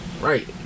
Right